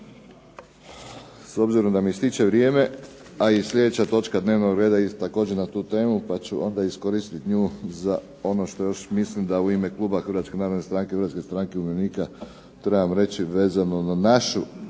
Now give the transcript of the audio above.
S obzirom da mi ističe vrijeme, a i sljedeća točka dnevnog reda je također na tu temu pa ću onda iskoristiti nju za ono što još mislim da u ime kluba HNS-HSU-a trebam reći vezano na našu